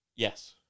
Yes